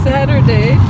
Saturday